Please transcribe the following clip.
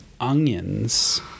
onions